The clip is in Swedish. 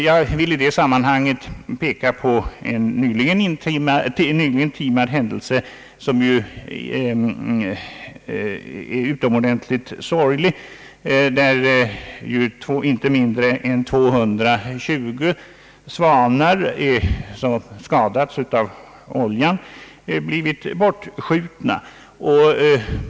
Jag vill i det sammanhanget peka på en nyligen timad händelse, som är utomordentligt sorglig, då inte mindre än 220 oljeskadade svanar blivit bortskjutna.